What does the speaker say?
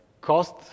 cost